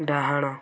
ଡାହାଣ